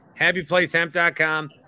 HappyPlaceHemp.com